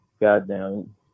Goddamn